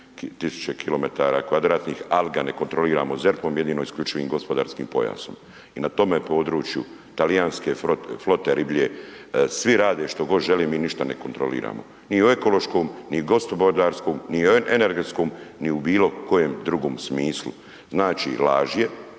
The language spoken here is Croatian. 24 000 km2 ali ga ne kontroliramo ZERP-om jedino isključivim gospodarskim pojasom i na tome području talijanske flote riblje, svi rade što god žele, mi ništa ne kontroliramo, ni u ekološkom ni u gospodarskom ni u energetskom ni u bilo kojem drugom smislu. Znači laž je